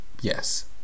Yes